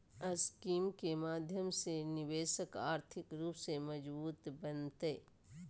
scheme के माध्यम से निवेशक आर्थिक रूप से मजबूत बनतय